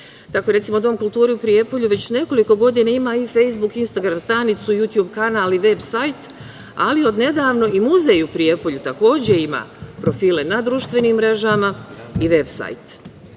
recimo, Dom kulture u Prijepolju već nekoliko godina ima i Fejsbuk i Instagram stranicu i Jutjub kanal i veb sajt, ali od nedavno i Muzej u Prijepolju takođe ima profile na društvenim mrežama i veb